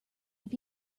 have